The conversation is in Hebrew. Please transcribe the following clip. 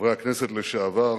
חברי הכנסת לשעבר,